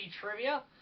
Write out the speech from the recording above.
trivia